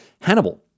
Hannibal